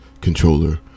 controller